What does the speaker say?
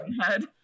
head